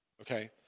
Okay